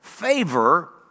favor